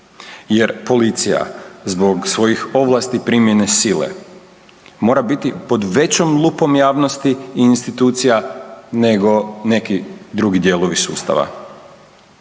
jer policija zbog svojih ovlasti primjene sile mora biti pod većom lupom javnosti i institucija nego neki drugi dijelovi sustava.